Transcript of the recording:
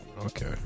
Okay